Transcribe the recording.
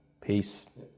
Peace